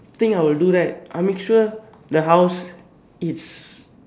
thing I would do right I will make sure the house is